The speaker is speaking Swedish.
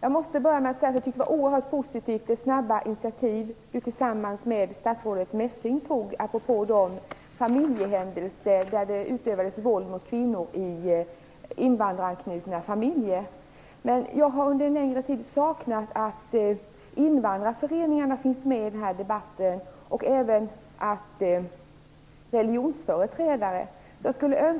Jag måste börja med att säga att jag tycker att det var oerhört positivt med det snabba initiativ som statsrådet tillsammans med statsrådet Messing tog apropå de familjehändelser där det utövades våld mot kvinnor i invandraranknutna familjer. Jag har dock under en längre tid saknat invandrarföreningarna, och även religionsföreträdare, i debatten.